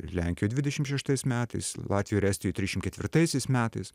lenkijoj dvidešim šeštais metais latvijoj ir estijoj trišim ketvirtaisiais metais